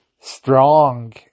strong